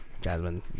Jasmine